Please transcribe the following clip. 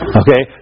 okay